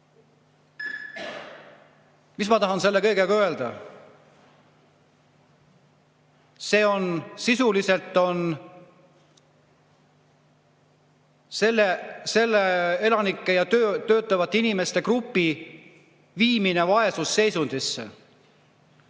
Mis ma tahan selle kõigega öelda? See on sisuliselt selle elanike ja töötavate inimeste grupi viimine vaesusseisundisse.